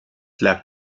lag